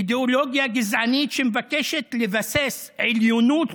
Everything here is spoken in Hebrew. אידיאולוגיה גזענית שמבקשת לבסס עליונות